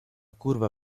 curva